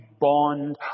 bond